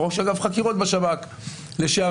וראש אגף חקירות בשב"כ לשעבר,